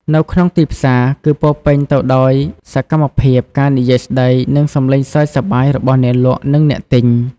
នៅក្នុងទីផ្សារ គឺពោរពេញទៅដោយសកម្មភាព ការនិយាយស្តី និងសម្លេងសើចសប្បាយរបស់អ្នកលក់ និងអ្នកទិញ។